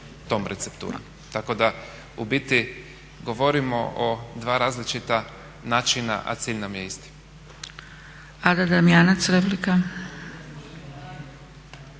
tom recepturom. Tako da u biti govorimo o dva različita načina, a cilj nam je isti.